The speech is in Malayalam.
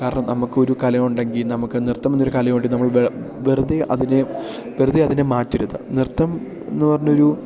കാരണം നമുക്കൊരു കലയുണ്ടെങ്കിൽ നമുക്ക് നൃത്തം എന്നൊരു കലയുണ്ടെങ്കിൽ നമ്മൾ വെറുതെ അതിനെ വെറുതെ അതിനെ മാറ്റരുത് നൃത്തം എന്ന് പറഞ്ഞൊരു